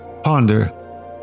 ponder